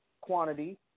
quantity